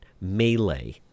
melee